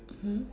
mmhmm